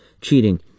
cheating